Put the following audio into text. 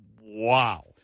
wow